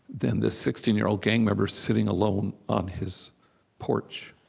than this sixteen year old gang member sitting alone on his porch